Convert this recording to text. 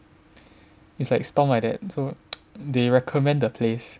it's like Stomp like that so they recommend the place